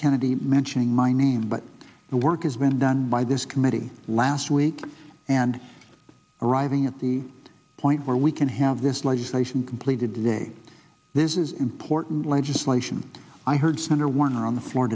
kennedy mentioning my name but the work has been done by this committee last week and arriving at the point where we can have this legislation completed today this is important legislation i heard senator warner on the floor